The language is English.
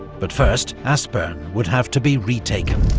but first aspern would have to be retaken.